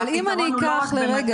אבל אם אני אקח לרגע --- הפתרון הוא